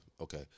okay